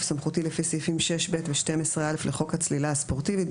סמכותי לפי סעיפים 6(ב) ו-12(א) לחוק הצלילה הספורטיבית,